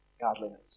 Godliness